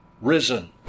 risen